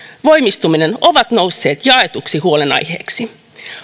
voimistuminen ovat nousseet jaetuksi huolenaiheeksi